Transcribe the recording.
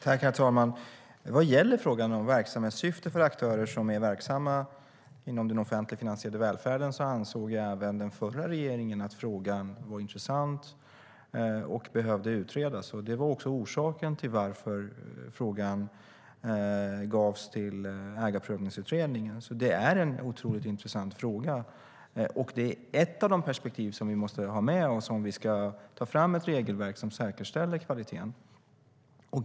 Herr talman! Vad gäller frågan om verksamhetssyfte för aktörer som är verksamma inom den offentligt finansierade välfärden ansåg även den förra regeringen att frågan var intressant och behövde utredas. Det var också orsaken till att frågan gavs till Ägarprövningsutredningen. Det är en otroligt intressant fråga. Och det är ett av de perspektiv som vi måste ha med. Och vi ska ta fram ett regelverk som säkerställer kvaliteten.